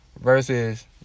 versus